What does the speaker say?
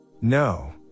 No